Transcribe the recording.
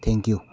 thank you